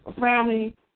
family